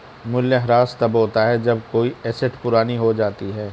मूल्यह्रास तब होता है जब कोई एसेट पुरानी हो जाती है